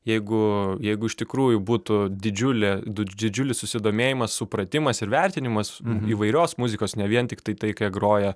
jeigu jeigu iš tikrųjų būtų didžiulė didžiulis susidomėjimas supratimas ir vertinimas įvairios muzikos ne vien tiktai tai ką groja